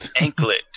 anklet